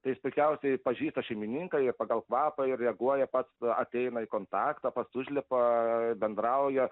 tai jis puikiausiai pažįsta šeimininką ir pagal kvapą ir reaguoja pats ateina į kontaktą pats užlipa bendrauja